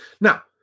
Now